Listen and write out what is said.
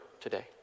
today